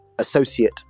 associate